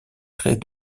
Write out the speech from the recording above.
traits